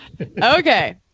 Okay